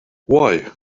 why